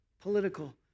political